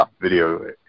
video